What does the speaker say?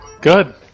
Good